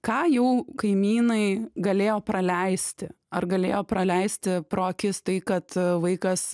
ką jau kaimynai galėjo praleisti ar galėjo praleisti pro akis tai kad vaikas